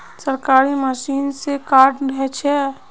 सरकारी मशीन से कार्ड छै?